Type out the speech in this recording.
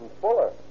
Fuller